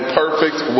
perfect